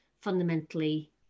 fundamentally